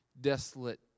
desolate